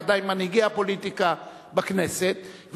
ודאי מנהיגי הפוליטיקה בכנסת,